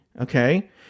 Okay